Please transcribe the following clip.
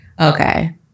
okay